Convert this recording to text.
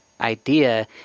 idea